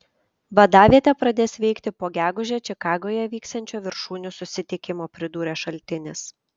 vadavietė pradės veikti po gegužę čikagoje vyksiančio viršūnių susitikimo pridūrė šaltinis